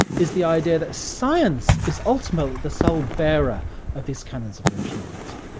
is the idea that science is ultimately the sole bearer of these canons of rationality.